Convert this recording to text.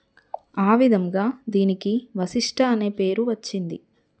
ఆ విధంగా దీనికి వశిష్ఠ అనే పేరు వచ్చింది